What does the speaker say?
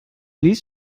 liest